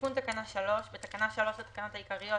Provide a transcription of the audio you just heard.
תיקון תקנה 32. בתקנה 3 לתקנות העיקריות,